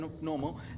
normal